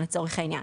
לצורך העניין.